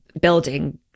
building